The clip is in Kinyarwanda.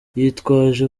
yitwaje